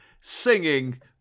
singing